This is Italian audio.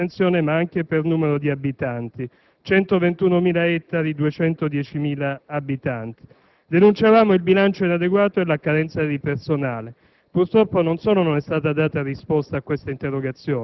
per un'area vastissima, non solo per estensione ma anche per numero di abitanti: 121.000 ettari e 210.000 abitanti. Denunciavamo il bilancio inadeguato e la carenza di personale.